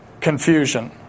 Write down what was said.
confusion